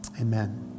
amen